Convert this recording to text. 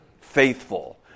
faithful